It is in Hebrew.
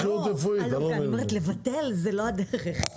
לבטל זאת לא הדרך,